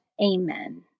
Amen